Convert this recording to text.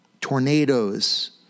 tornadoes